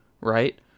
right